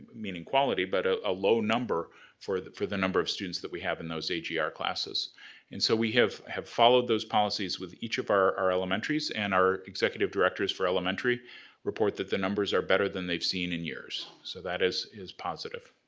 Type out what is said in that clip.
meaning quality, but a low number for the for the number of students that we have in those agr yeah classes. and so we have have followed those policies with each of our our elementaries, and our executive directors for elementary report that the numbers are better than they've seen in years, so that is is positive.